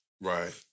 Right